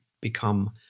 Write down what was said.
become